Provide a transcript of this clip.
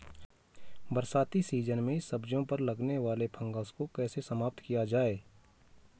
बरसाती सीजन में सब्जियों पर लगने वाले फंगस को कैसे समाप्त किया जाए?